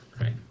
right